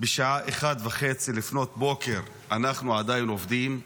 בשעה 01:30, אנחנו עדיין עובדים?